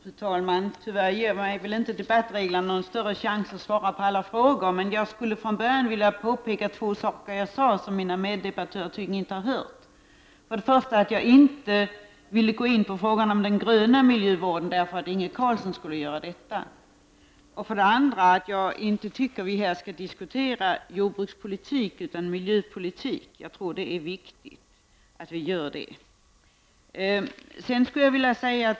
Fru talman! Tyvärr ger mig debattreglerna inte någon större chans att i denna replik svara på alla frågor, men jag skall påpeka två saker som mina meddebattörer tydligen inte har hört. Jag sade tidigare att jag inte ville gå in på frågan om den gröna miljövården därför att Inge Carlsson skulle göra det. Vidare sade jag att vi enligt min mening inte nu skall diskutera jordbrukspolitik, utan miljöpolitik. Jag tror det är viktigt att vi gör så.